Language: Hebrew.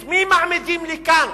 את מי מעמידים כאן